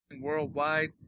worldwide